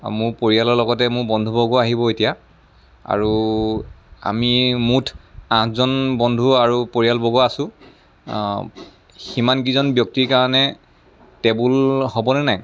মোৰ পৰিয়ালৰ লগতে মোৰ বন্ধুবৰ্গও আহিব এতিয়া আৰু আমি মুঠ আঠজন বন্ধু আৰু পৰিয়ালবৰ্গ আছোঁ অঁ সিমানকেইজন ব্যক্তিৰ কাৰণে টেবুল হ'বনে নাই